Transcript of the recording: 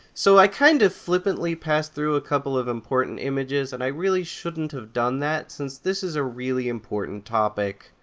so, i kind of flippantly passed through a couple of important images and i really shouldn't have done that since this is a really important topic.